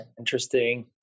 interesting